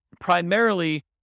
primarily